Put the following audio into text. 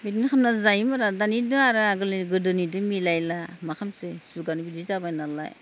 बिदि खालामना जायोमोन आरो दानिजों आरो आगोलनि गोदोनिजों मिलायला मा खालामसै जुगआनो बिदि जाबाय नालाय